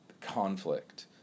conflict